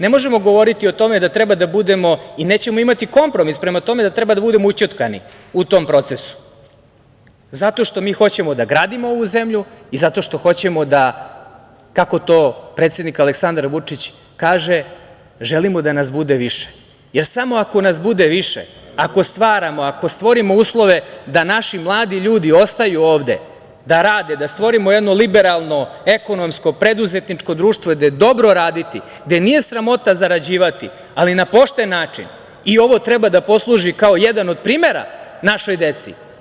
Ne možemo govoriti i nećemo imati kompromis prema tome da treba da budemo ućutkani u tom procesu, zato što mi hoćemo da gradimo ovu zemlju i zato što hoćemo da, kako to predsednik Aleksandar Vučić kaže – želimo da nas bude više, jer samo ako nas bude više, ako stvaramo, ako stvorimo uslove da naši mladi ljudi ostaju ovde da rade, da stvorimo jedno liberalno, ekonomsko, preduzetničko društvo gde je dobro raditi, gde nije sramota zarađivati, ali na pošten način, i ovo treba da posluži kao jedan od primera našoj deci.